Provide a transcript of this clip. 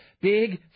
big